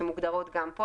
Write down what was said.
שמוגדרות גם פה.